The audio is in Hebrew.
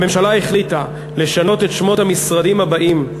הממשלה החליטה לשנות את שמות המשרדים הבאים: